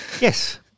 Yes